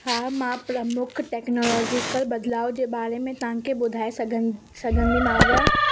हा मां प्रमुख टैक्नोलॉजीकल बदिलाउ जे बारे में तव्हांखे ॿुधाए सघनि सघंदीमांव